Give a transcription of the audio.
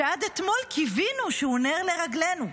שעד אתמול קיווינו שהוא נר לרגלנו.